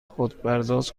خودپرداز